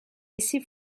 laisser